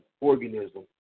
Organism